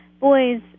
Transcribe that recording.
boys